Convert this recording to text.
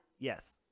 Yes